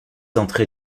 entrer